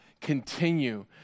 continue